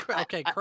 Okay